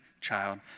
child